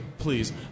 please